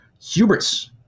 Hubris